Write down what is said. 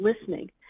listening